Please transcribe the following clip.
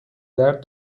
درد